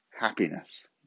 happiness